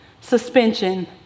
suspension